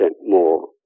more